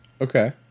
Okay